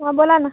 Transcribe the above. हां बोला ना